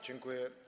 Dziękuję.